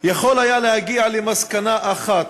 יכול היה להגיע למסקנה אחת: